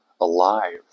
alive